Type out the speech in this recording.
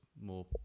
more